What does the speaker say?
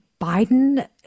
Biden